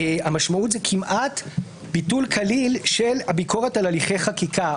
המשמעות היא כמעט ביטול כליל של הביקורת על הליכי חקיקה,